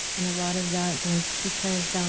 and a lot of that was because,